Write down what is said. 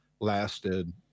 lasted